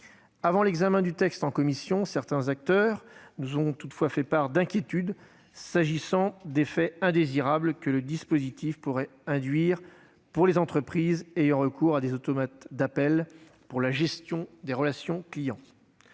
Avant l'examen du texte en commission, certains acteurs nous ont toutefois fait part d'inquiétudes s'agissant d'effets indésirables que le dispositif pourrait induire pour les entreprises ayant recours à des automates d'appels pour la gestion des relations client.